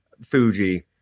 Fuji